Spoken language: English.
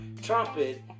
Trumpet